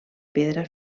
pedra